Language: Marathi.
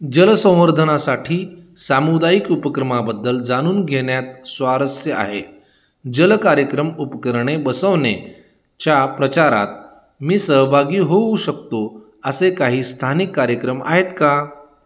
जल संवर्धनासाठी सामुदायिक उपक्रमांबद्दल जाणून घेण्यात स्वारस्य आहे जल कार्यक्षम उपकरणे बसवणेच्या प्रचारात मी सहभागी होऊ शकतो असे काही स्थानिक कार्यक्रम आहेत का